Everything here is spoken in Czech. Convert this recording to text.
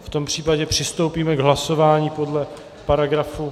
V tom případě přistoupíme k hlasování podle paragrafu...